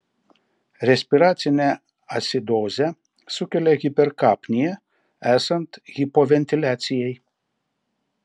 respiracinę acidozę sukelia hiperkapnija esant hipoventiliacijai